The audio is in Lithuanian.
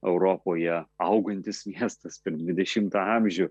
europoje augantis miestas per dvidešimtą amžių